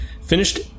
finished